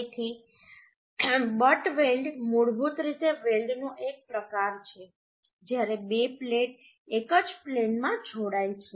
તેથી butt weld મૂળભૂત રીતે વેલ્ડનો એક પ્રકાર છે જ્યારે બે પ્લેટ એક જ પ્લેનમાં જોડાય છે